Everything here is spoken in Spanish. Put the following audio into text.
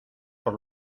por